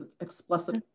explicit